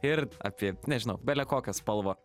ir apie nežinau bele kokią spalvą